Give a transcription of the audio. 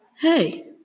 hey